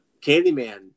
Candyman